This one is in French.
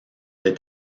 des